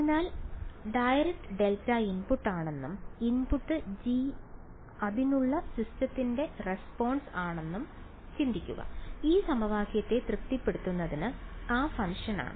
അതിനാൽ direct delta ഇൻപുട്ടാണെന്നും G അതിനുള്ള സിസ്റ്റത്തിന്റെ റെസ്പോൺസ് ആണെന്നും ചിന്തിക്കുക ഈ സമവാക്യത്തെ തൃപ്തിപ്പെടുത്തുന്നത് ആ ഫംഗ്ഷനാണ്